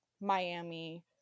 Miami